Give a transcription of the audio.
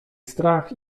strach